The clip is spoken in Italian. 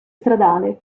stradale